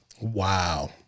Wow